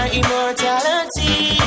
immortality